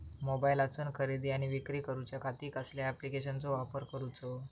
मोबाईलातसून खरेदी आणि विक्री करूच्या खाती कसल्या ॲप्लिकेशनाचो वापर करूचो?